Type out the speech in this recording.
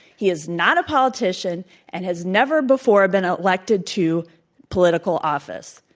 he is not a politician and has never before been elected to political office.